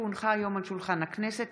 כי הונחה היום על שולחן הכנסת,